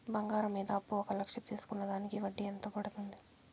బంగారం మీద అప్పు ఒక లక్ష తీసుకున్న దానికి వడ్డీ ఎంత పడ్తుంది?